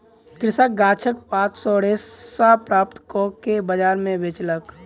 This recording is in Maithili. कृषक गाछक पात सॅ रेशा प्राप्त कअ के बजार में बेचलक